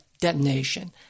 detonation